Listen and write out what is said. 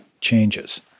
changes